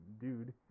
dude